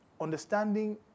understanding